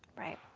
right.